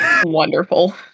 Wonderful